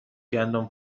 گندم